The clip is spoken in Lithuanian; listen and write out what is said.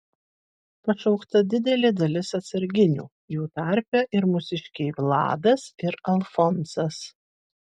pašaukta didelė dalis atsarginių jų tarpe ir mūsiškiai vladas ir alfonsas